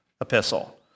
epistle